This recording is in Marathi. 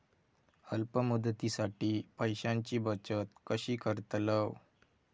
अल्प मुदतीसाठी पैशांची बचत कशी करतलव?